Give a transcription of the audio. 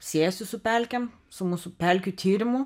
siejasi su pelkėm su mūsų pelkių tyrimu